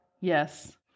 Yes